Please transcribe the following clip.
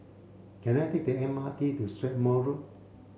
can I take the M R T to Strathmore Road